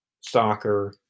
soccer